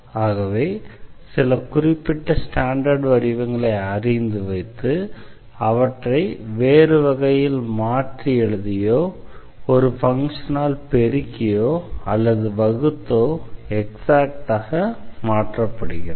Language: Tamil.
ஆகவே சில குறிப்பிட்ட ஸ்டாண்டர்டு வடிவங்களை அறிந்து வைத்து அவற்றை வேறு வகையில் மாற்றி எழுதியோ ஒரு ஃபங்ஷனால் பெருக்கியோ அல்லது வகுத்தோ எக்ஸாக்டாக மாற்றப்படுகிறது